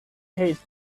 tastes